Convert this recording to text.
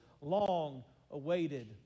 long-awaited